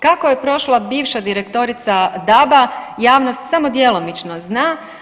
Kako je prošla bivša direktorica DAB-a javnost samo djelomično zna.